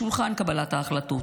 בשולחן קבלת ההחלטות.